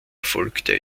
erfolgte